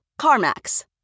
CarMax